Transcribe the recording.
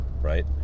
right